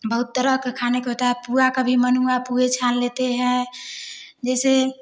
बहुत तरह का खाने को होता है पुआ का भी मन हुआ पुए छान लेते हैं जैसे